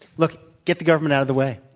look, get the government out of the way.